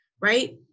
right